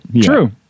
True